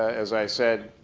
as i said,